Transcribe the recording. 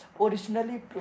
originally